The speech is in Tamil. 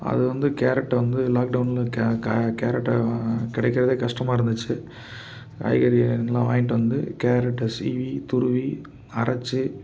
அது வந்து கேரட் வந்து லாக்டவுன்ல கே க கேரட் கிடைக்கிறதே கஸ்டமாக இருந்துச்சு காய்கறி எல்லாம் வாங்கிட்டு வந்து கேரட்டை சீவி துருவி அரைச்சி